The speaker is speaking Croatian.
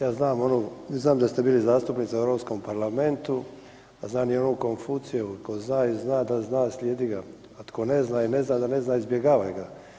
Ja znam onu i znam da ste bili zastupnica u Europskom parlamentu, a znam i onu Konfuciju ko zna i zna da zna slijedi ga, a tko ne zna i ne zna da ne zna izbjegavaj ga.